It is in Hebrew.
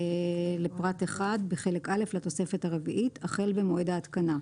לפרט 1 בחלק א' לתוספת הרביעית, החל במועד ההתקנה,